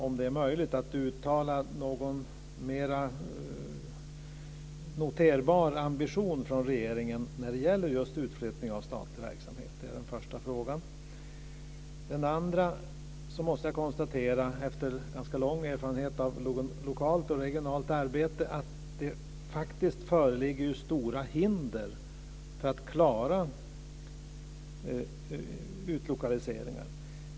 Är det är möjligt att uttala någon mer noterbar ambition från regeringen när det gäller utflyttning av statlig verksamhet? Det var den första frågan. Den andra frågan gäller något som jag kan konstatera efter ganska lång erfarenhet av lokalt och regionalt arbete. Det föreligger faktiskt stora hinder för att klara utlokaliseringar.